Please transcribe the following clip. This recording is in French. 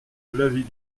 l’avis